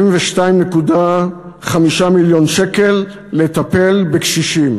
ב-72.5 מיליון שקל לטפל בקשישים,